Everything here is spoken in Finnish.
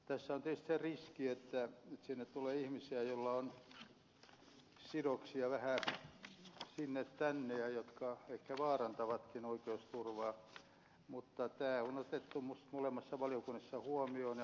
tässä on tietysti se riski että sinne tulee ihmisiä joilla on sidoksia vähän sinne tänne ja jotka ehkä vaarantavatkin oikeusturvaa mutta tämä on otettu minusta molemmissa valiokunnissa huomioon ja pohdittu sitä